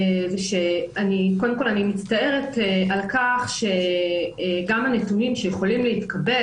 קודם כל אני מצטערת על-כך שגם הנתונים שיכולים להתקבל,